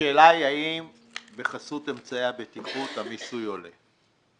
השאלה היא האם בחסות אמצעי הבטיחות עולה המיסוי.